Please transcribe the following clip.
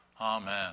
Amen